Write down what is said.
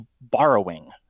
borrowing